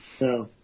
No